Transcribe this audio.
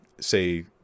say